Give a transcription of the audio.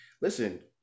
Listen